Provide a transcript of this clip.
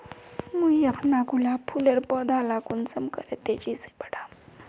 मुई अपना गुलाब फूलेर पौधा ला कुंसम करे तेजी से बढ़ाम?